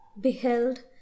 beheld